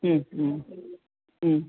ഉം ഉം ഉം